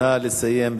נא לסיים.